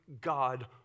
God